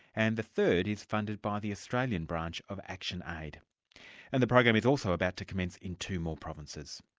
and the third is funded by the australian branch of actionaid. and the program is also about to commence in two more provinces.